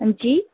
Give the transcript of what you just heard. हांजी